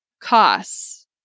costs